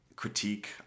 critique